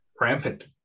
rampant